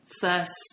first